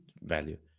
value